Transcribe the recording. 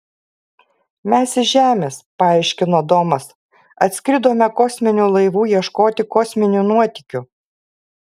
mes iš žemės paaiškino domas atskridome kosminiu laivu ieškoti kosminių nuotykių